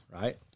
right